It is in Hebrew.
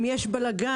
אם יש בלגן,